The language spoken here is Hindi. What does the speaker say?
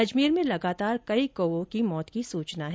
अजमेर में लगातार कई कौओं की मौत की सूचना है